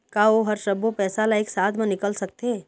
का ओ हर सब्बो पैसा ला एक साथ म निकल सकथे?